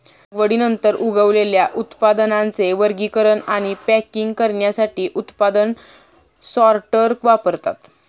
लागवडीनंतर उगवलेल्या उत्पादनांचे वर्गीकरण आणि पॅकिंग करण्यासाठी उत्पादन सॉर्टर वापरतात